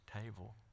table